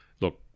Look